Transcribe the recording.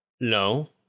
no